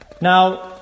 Now